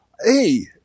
Hey